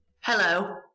Hello